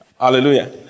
Hallelujah